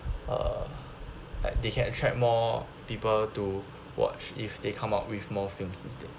uh like they can attract more people to watch if they come up with more films system